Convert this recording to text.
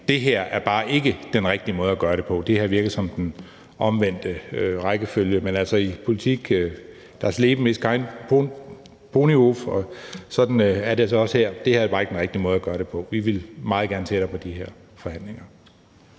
Det her er bare ikke den rigtige måde at gøre det på. Det her virker som den omvendte rækkefølge. Men altså i politik er det sådan, at das Leben ist kein Ponyhof, og sådan er det så også her. Det her er bare ikke den rigtige måde at gøre det på. Vi vil meget gerne tættere på de her forhandlinger.